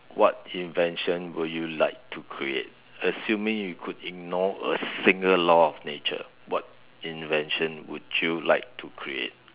what invention would you like to create assuming you could ignore a single law of nature what invention would you like to create